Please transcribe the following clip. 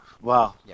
wow